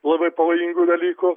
labai pavojingų dalykų